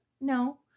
No